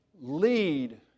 lead